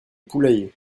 poulailler